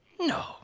No